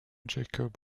jacob